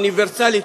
אוניברסלית,